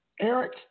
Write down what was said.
Eric